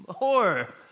more